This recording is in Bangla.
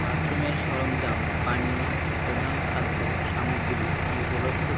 বাথরুমের সরঞ্জাম পানীয় প্রধান খাদ্য সামগ্রী কি উপলব্ধ